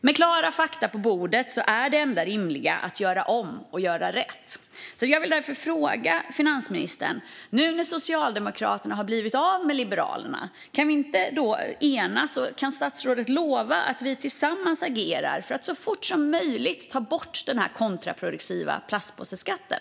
Med klara fakta på bordet är det enda rimliga att göra om och göra rätt. Jag vill därför fråga finansministern följande. Nu när Socialdemokraterna har blivit av med Liberalerna, kan vi inte enas? Kan statsrådet lova att vi tillsammans agerar för att så fort som möjligt ta bort den kontraproduktiva plastpåseskatten?